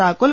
താക്കോൽ